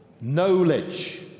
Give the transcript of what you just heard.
knowledge